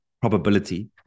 probability